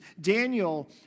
Daniel